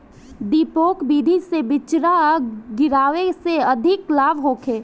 डेपोक विधि से बिचरा गिरावे से अधिक लाभ होखे?